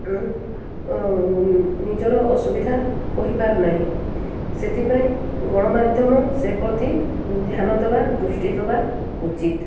ନିଜର ଅସୁବିଧା କହିପାରୁ ନାହିଁ ସେଥିପାଇଁ ଗଣମାଧ୍ୟମ ସେ ପ୍ରତି ଧ୍ୟାନ ଦେବା ଦୃଷ୍ଟି ଦେବା ଉଚିତ୍